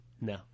No